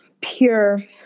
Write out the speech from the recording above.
Pure